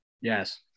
Yes